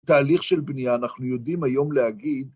תהליך של בנייה, אנחנו יודעים היום להגיד,